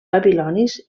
babilonis